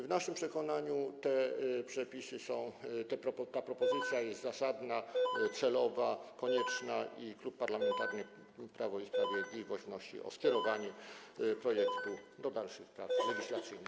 W naszym przekonaniu te przepisy, ta propozycja jest zasadna, celowa i konieczna i Klub Parlamentarny Prawo i Sprawiedliwość wnosi o skierowanie projektu do dalszych prac legislacyjnych.